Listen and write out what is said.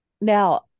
Now